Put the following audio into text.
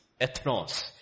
ethnos